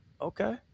Okay